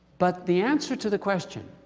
but the answer to the question,